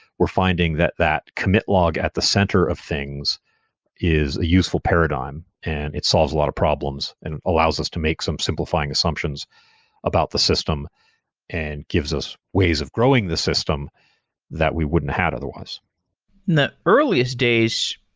we're finding that that commit log at the center of things is a useful paradigm and it solves a lot of problems and allows us to make some simplifying assumptions about the system and gives us ways of growing the system that we wouldn't have otherwise. in the earliest days,